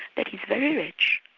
that he's very rich,